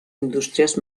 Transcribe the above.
indústries